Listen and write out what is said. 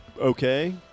okay